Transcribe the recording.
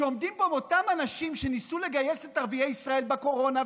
עומדים פה אותם אנשים שניסו לגייס את ערביי ישראל בקורונה,